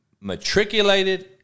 matriculated